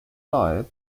leid